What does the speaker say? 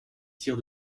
tirs